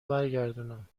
برگردونم